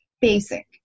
basic